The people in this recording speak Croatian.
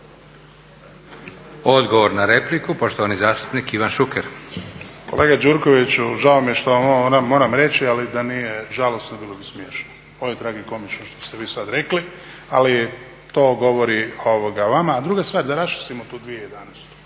Odgovor na repliku, poštovani zastupnik Ivan Šuker. **Šuker, Ivan (HDZ)** Kolega Gjurković, žao mi je što vam ovo moram reći, ali da nije žalosno bilo bi smiješno. Ovo je tragikomično što ste vi sada rekli, ali to govori o vama. Druga stvar, da raščistimo tu 2011.